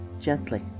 gently